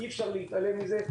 אי אפשר להתעלם מזה,